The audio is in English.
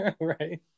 right